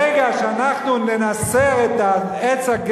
ברגע שאנחנו ננסר את העץ,